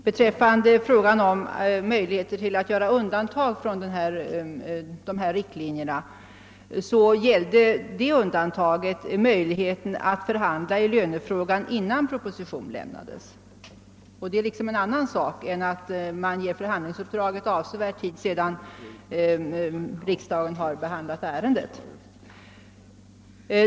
Den första är att möjligheten att göra undantag från de uppdragna riktlinjerna och förhandla i lönefrågan gällde innan proposition lämnats; det är liksom en annan sak än att man ger förhandlingsuppdraget avsevärd tid efter det att riksdagen har behandlat ärendet.